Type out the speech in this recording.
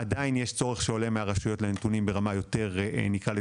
עדיין עולה מהרשויות צורך בנתונים ברמה יותר פרטנית,